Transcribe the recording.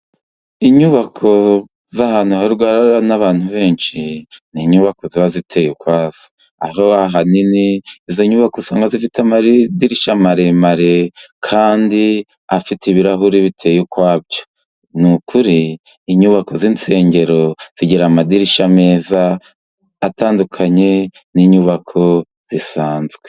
Inyubako z'ahantu hahurirwa n'abantu benshi ni inyubako ziba ziteye ukwazo, aho ahanini izi nyubako usanga zifite amadirishya maremare, kandi afite ibirahuri biteye ukwabyo. Ni ukuri inyubako z'insengero zigira amadirishya meza, atandukanye n'inyubako zisanzwe.